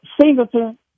Singleton